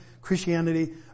Christianity